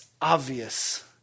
obvious